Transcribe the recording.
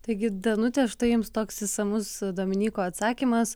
taigi danute štai jums toks išsamus dominyko atsakymas